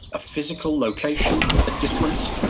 a physical location, a difference,